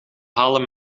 halen